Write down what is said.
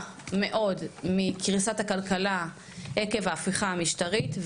מאוד מקריסת הכלכלה עקב ההפיכה המשטרית,